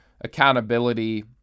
accountability